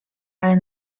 ale